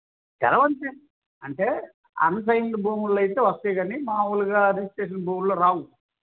కావు అంతే అంటే అన్సైన్డ్ భూములు అయితే వస్తాయి కానీ మాములుగా రిజిస్ట్రేషన్ భూములలో రావు